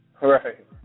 Right